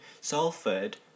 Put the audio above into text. Salford